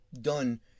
done